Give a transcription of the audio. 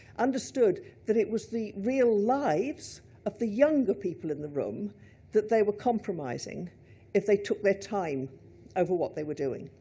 understood that it was the real lives of the younger people in the room that they were compromising if they took their time over what they were doing.